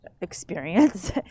experience